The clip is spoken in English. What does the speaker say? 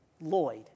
Lloyd